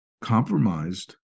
compromised